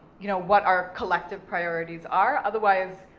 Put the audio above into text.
you know, what our collective priorities are, otherwise,